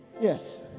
Yes